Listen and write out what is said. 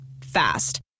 Fast